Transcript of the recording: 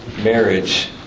marriage